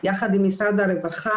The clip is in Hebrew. יחד עם משרד הרווחה.